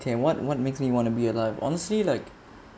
okay what what makes me want to be alive honestly like